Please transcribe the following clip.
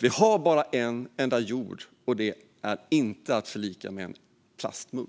Vi har bara en enda jord, och den är inte att likna vid en plastmugg.